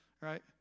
right